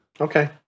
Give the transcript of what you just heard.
Okay